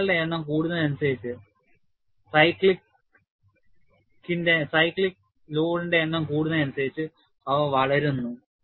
ചക്രങ്ങളുടെ എണ്ണം കൂടുന്നതിനനുസരിച്ച് അവ വളരുന്നു